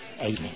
Amen